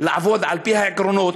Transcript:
לעבוד על-פי העקרונות,